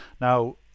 Now